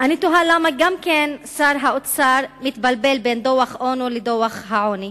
אני תוהה למה גם שר האוצר מתבלבל בין דוח-אונו לדוח העוני,